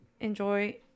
enjoy